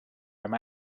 him